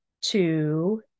two